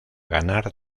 ganar